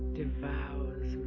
devours